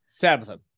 tabitha